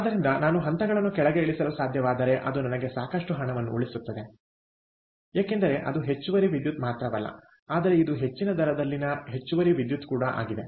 ಆದ್ದರಿಂದ ನಾನು ಹಂತಗಳನ್ನು ಕೆಳಗೆ ಇರಿಸಲು ಸಾಧ್ಯವಾದರೆ ಅದು ನನಗೆ ಸಾಕಷ್ಟು ಹಣವನ್ನು ಉಳಿಸುತ್ತದೆ ಏಕೆಂದರೆ ಅದು ಹೆಚ್ಚುವರಿ ವಿದ್ಯುತ್ ಮಾತ್ರವಲ್ಲ ಆದರೆ ಇದು ಹೆಚ್ಚಿನ ದರದಲ್ಲಿನ ಹೆಚ್ಚುವರಿ ವಿದ್ಯುತ್ ಕೂಡ ಆಗಿದೆ